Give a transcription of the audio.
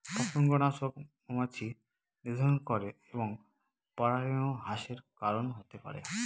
পতঙ্গনাশক মৌমাছি নিধন করে এবং পরাগরেণু হ্রাসের কারন হতে পারে